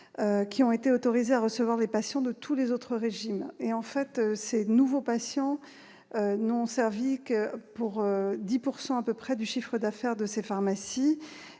qui ont été autorisées à recevoir les patients de tous les autres régimes. En fait, ces nouveaux patients n'ont contribué qu'à hauteur de 10 % à peu près du chiffre d'affaires des trois pharmacies,